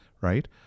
right